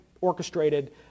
orchestrated